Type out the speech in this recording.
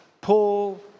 Paul